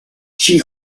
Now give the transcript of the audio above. she